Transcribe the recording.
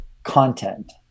content